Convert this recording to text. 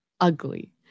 ugly